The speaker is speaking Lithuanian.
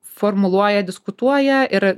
formuluoja diskutuoja ir